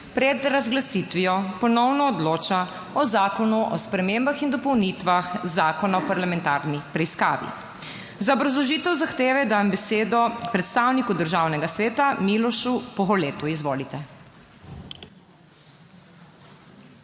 pred razglasitvijo ponovno odloča o Zakonu o spremembah in dopolnitvah Zakona o parlamentarni preiskavi. Za obrazložitev zahteve dajem besedo predstavniku Državnega sveta Milošu Poholetu. Izvolite.